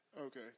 Okay